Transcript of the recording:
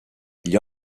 gli